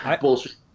bullshit